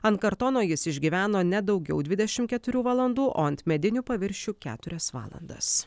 ant kartono jis išgyveno ne daugiau dvidešim keturių valandų o ant medinių paviršių keturias valandas